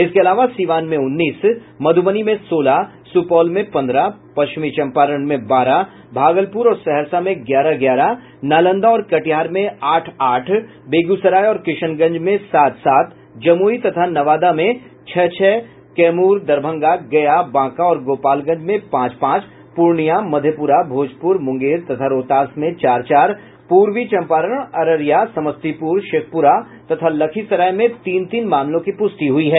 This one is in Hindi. इसके अलावा सिवान में उन्नीस मधुबनी में सोलह सुपौल में पन्द्रह पश्चिमी चंपारण में बारह भागलपुर और सहरसा में ग्यारह ग्यारह नालंदा और कटिहार में आठ आठ बेगूसराय और किशनगंज में सात सात जमुई तथा नवादा में छह छह कैमूर दरभंगा गया बांका और गोपालगंज में पांच पांच पूर्णिया मधेपुरा भोजपुर मुंगेर तथा रोहतास में चार चार पूर्वी चंपारण अररिया समस्तीपुर शेखपुरा तथा लखीसराय में तीन तीन मामलों की पुष्टि हुई है